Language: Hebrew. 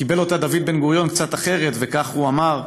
קיבל אותה דוד בן-גוריון קצת אחרת, וכך הוא אמר: